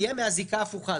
יהיה מן הזיקה ההפוכה.